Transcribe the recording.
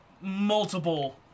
multiple